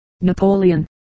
Napoleon